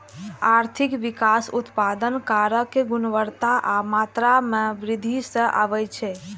आर्थिक विकास उत्पादन कारक के गुणवत्ता आ मात्रा मे वृद्धि सं आबै छै